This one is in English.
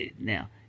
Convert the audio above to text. Now